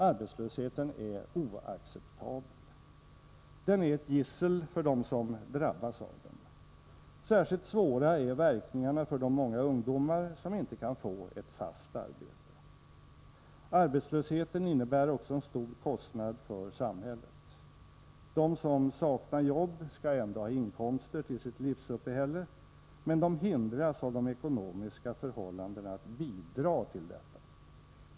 Arbetslösheten är oacceptabel. Den är ett gissel för dem som drabbas av den. Särskilt svåra är verkningarna för de många ungdomar som inte kan få ett fast arbete. Arbetslösheten innebär också en stor kostnad för samhället. De som saknar jobb skall ändå ha inkomster till sitt livsuppehälle, men de hindras av de ekonomiska förhållandena att bidra till detta.